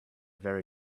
very